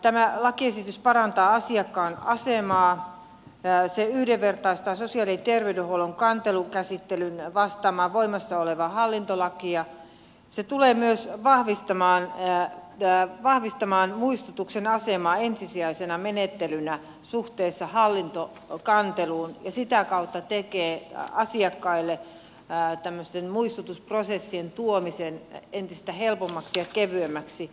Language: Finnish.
tämä lakiesitys parantaa asiakkaan asemaa se yhdenvertaistaa sosiaali ja terveydenhuollon kantelukäsittelyn vastaamaan voimassa olevaa hallintolakia se tulee myös vahvistamaan muistutuksen asemaa ensisijaisena menettelynä suhteessa hallintokanteluun ja sitä kautta tekee asiakkaille tämmöisten muistutusprosessien tuomisen entistä helpommaksi ja kevyemmäksi